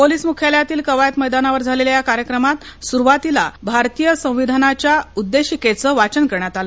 police मुख्यालयातील कवायत मैदानावर झालेल्या या कार्यक्रमात सुरवातीला भारतीय संविधानाच्या उद्देशिकेचं वाचन करण्यात आले